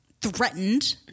Threatened